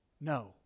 no